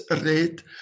rate